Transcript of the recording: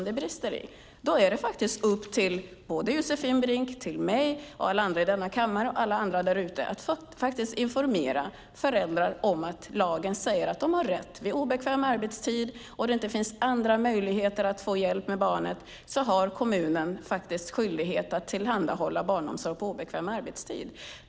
Då är det upp till mig, Josefin Brink och alla andra i kammaren och där ute att informera föräldrar om att kommunen har skyldighet att ordna barnomsorg på obekväm arbetstid om det inte finns andra möjligheter.